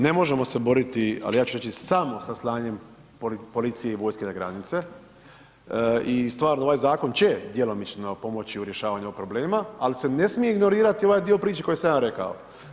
Ne možemo se boriti ali ja ću reći samo sa slanjem policije i vojske na granice i stvarno ovaj zakon će djelomično pomoći u rješavanju problema ali se ne smije ignorirati ovaj dio priče koji sam ja rekao.